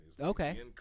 Okay